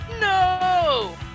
No